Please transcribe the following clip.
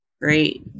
great